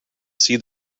see